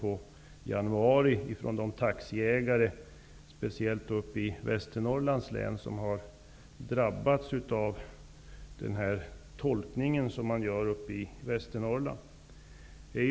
Delegationen bestod av taxiägare i speciellt Västernorrlands län, som har drabbats av den tolkning som görs där.